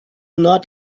not